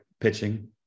pitching